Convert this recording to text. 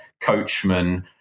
coachman